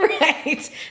Right